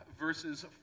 verses